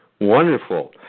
Wonderful